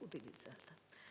utilizzata.